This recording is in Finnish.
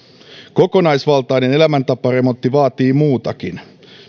kokonaisvaltainen elämäntaparemontti vaatii muutakin